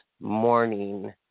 morning